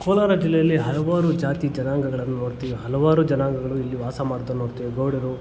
ಕೋಲಾರ ಜಿಲ್ಲೆಯಲ್ಲಿ ಹಲವಾರು ಜಾತಿ ಜನಾಂಗಗಳನ್ನು ನೋಡ್ತೀವಿ ಹಲವಾರು ಜನಾಂಗಗಳು ಇಲ್ಲಿ ವಾಸ ಮಾಡೋದನ್ನು ನೋಡ್ತೀವಿ ಗೌಡರು